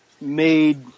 made